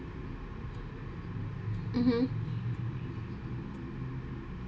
mmhmm